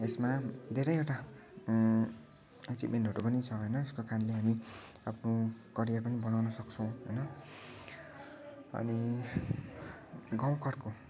यसमा धेरैवटा एचिभमेन्टहरू पनि छ होइन यस्को कारणले हामी आफ्नो करियर पनि बनाउन सक्छौँ होइन अनि गाउँ घरको